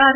R